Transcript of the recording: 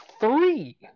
three